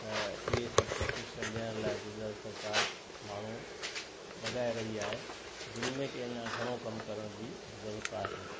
ऐं इहे सभु प्रशिक्षण ॾियण जे लाइ गुजरात सरकार माण्हू लॻाए रही आहे जिन में कि अञा घणो कम करण जी ज़रूरत आहे